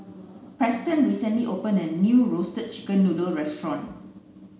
preston recently opened a new roasted chicken noodle restaurant